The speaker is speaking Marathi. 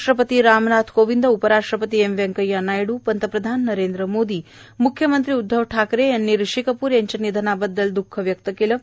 राष्ट्रपती रामनाथ कोविंद उपराष्ट्रपती एम व्यंकय्या नायड्र पंतप्रधान नरेंद्र मोदी म्ख्यमंत्री उदधव ठाकरे यांनी ऋषी कपूर यांच्या निधनाबद्दल द्ख व्यक्त केलं आहे